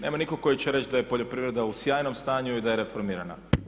Nema nikog koji će reći da je poljoprivreda u sjajnom stanju i da je reformirana.